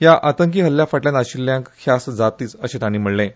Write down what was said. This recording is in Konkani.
ह्या आतंकी हल्ल्या फाटल्यान अशिल्ल्यांक ख्यास्त जातलीच अशें तांणी म्हणलें